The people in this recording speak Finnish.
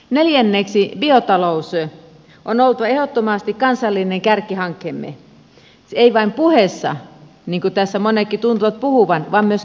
neljänneksi biotalouden on oltava ehdottomasti kansallinen kärkihankkeemme ei vain puheissa niin kuin tässä monetkin tuntuvat puhuvan vaan myös käytännössä